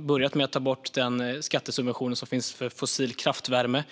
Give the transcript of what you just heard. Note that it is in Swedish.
börjat med att ta bort den skattesubvention som finns för fossil kraftvärme.